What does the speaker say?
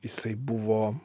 jisai buvo